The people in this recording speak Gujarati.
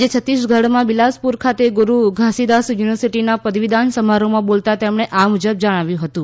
આજે છત્તીસગઢમાં બિલાસપુર ખાતે ગુરૂ ઘાસીદાસ યુનિવર્સિટીના પદવીદાન સમારોહમાં બોલતાં તેમણે આ મુજબ જણાવ્યું હતું